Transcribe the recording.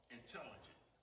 intelligent